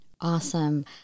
Awesome